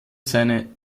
seine